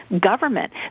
government